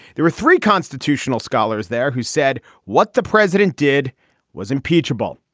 there were three constitutional scholars there who said what the president did was impeachable.